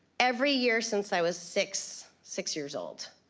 every year since i was six six years old.